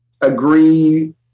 agree